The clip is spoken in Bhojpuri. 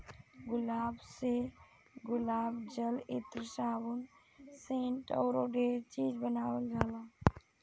गुलाब से गुलाब जल, इत्र, साबुन, सेंट अऊरो ढेरे चीज बानावल जाला